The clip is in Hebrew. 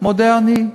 "מודה אני".